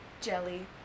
Jelly